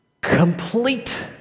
complete